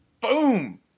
boom